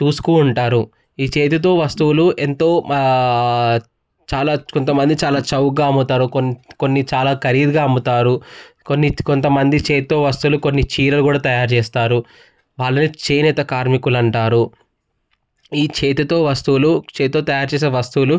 చూసుకుంటారు ఈ చేతితో వస్తువులు ఎంతో చాలా కొంతమంది చాలా చౌకగా అమ్ముతారు కొన్ని కొన్ని చాలా ఖరీదుగా అమ్ముతారు కొన్ని కొంతమంది చేతితో వసూలు కొన్ని చీరలు కూడా తయారు చేస్తారు వాళ్ళు చేనేత కార్మికులు అంటారు ఈ చేతితో వస్తువులు చేతితో తయారు చేసే వస్తువులు